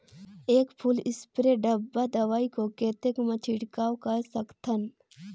एक full spray डब्बा दवाई को कतेक म छिड़काव कर सकथन?